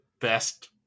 best